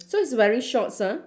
so he's wearing shorts ah